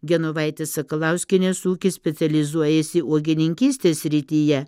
genovaitės sakalauskienės ūkis specializuojasi uogininkystės srityje